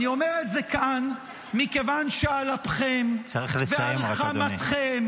ואני אומר את זה כאן מכיוון שעל אפכם ועל חמתכם,